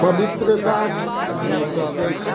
पवित्रताके विओतक अछि